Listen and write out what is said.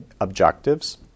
objectives